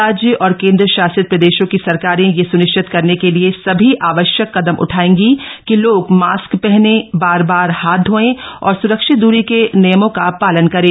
राज्य और केंद्रशासित प्रदेशों की सरकारें यह स्निश्चित करने के लिए सभी आवश्यक कदम उठाएंगी कि लोग मास्क पहनें बार बार हाथ धोयें और स्रक्षित दूरी के नियमों का पालन करें